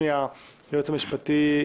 חברת הכנסת מיקי חיימוביץ',